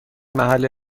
محل